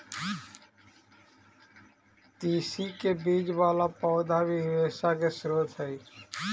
तिस्सी के बीज वाला पौधा भी रेशा के स्रोत हई